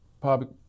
public